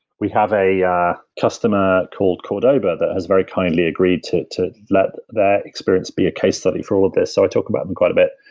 we have a yeah customer called cordova that has very kindly agreed to to let their experience be a case study for all of this, so i talked about them quite a bit.